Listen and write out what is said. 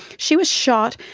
she was shot,